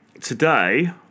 today